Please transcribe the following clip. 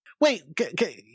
Wait